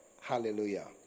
Hallelujah